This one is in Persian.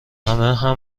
همه